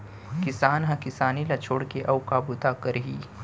किसान ह किसानी ल छोड़ के अउ का बूता करही